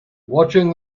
watching